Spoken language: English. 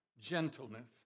gentleness